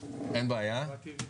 כ"ד באב תשפ"א,